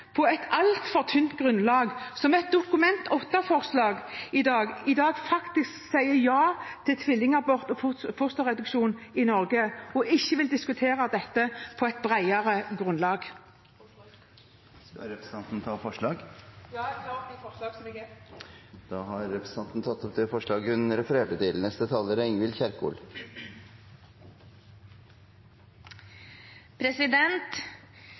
på et altfor tynt grunnlag – i forbindelse med et Dokument 8-forslag – i dag faktisk sier ja til tvillingabort og fosterreduksjon i Norge og ikke vil diskutere dette på et bredere grunnlag. Jeg tar opp forslaget fra Kristelig Folkeparti og Senterpartiet. Representanten Olaug V. Bollestad har tatt opp det forslaget hun refererte til.